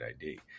ID